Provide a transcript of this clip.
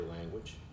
language